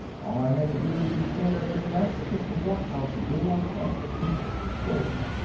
all i had to do to be clear of this mess was to walk out the door and keep going.